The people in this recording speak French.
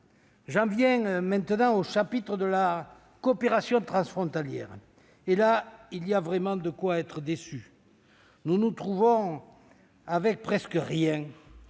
J'en viens maintenant au chapitre de la coopération transfrontalière. Là, il y a vraiment de quoi être déçu. Nous nous retrouvons avec presque rien,